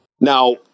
Now